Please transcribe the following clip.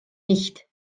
nicht